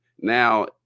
Now